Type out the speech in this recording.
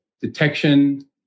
detection